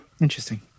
interesting